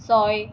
ছয়